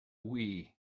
wii